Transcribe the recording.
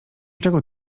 czego